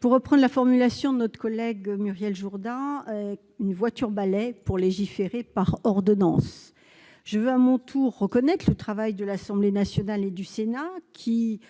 pour reprendre la formulation de Muriel Jourda, destinée à habiliter le Gouvernement à légiférer par ordonnances. Je veux à mon tour reconnaître le travail de l'Assemblée nationale et du Sénat, qui